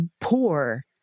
poor